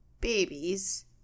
babies